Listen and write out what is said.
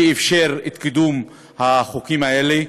שאפשר את קידום החוקים האלה.